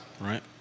Right